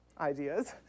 ideas